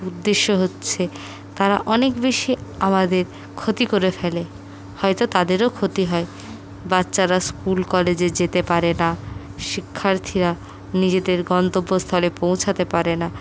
উদ্দেশ্য হচ্ছে তারা অনেক বেশি আমাদের ক্ষতি করে ফেলে হয়ত তাদেরও ক্ষতি হয় বাচ্চারা স্কুল কলেজে যেতে পারে না শিক্ষার্থীরা নিজেদের গন্তব্যস্থলে পৌঁছাতে পারে না